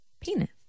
penis